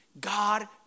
God